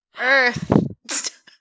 earth